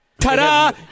Ta-da